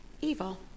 evil